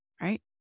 right